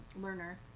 learner